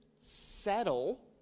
settle